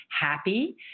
happy